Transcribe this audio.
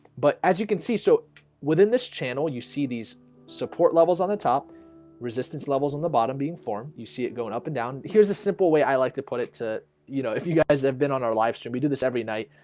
but as you can see so within this channel you see these support levels on the top resistance levels on the bottom being formed you see it going up and down. here's a simple way i like to put it to you know if you guys have been on our live stream we do this every night,